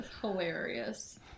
hilarious